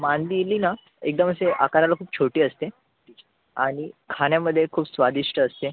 मांदेली ना एकदम अशी आकाराला खूप छोटी असते आणि खाण्यामध्ये खूप स्वादिष्ट असते